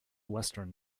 western